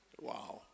Wow